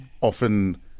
often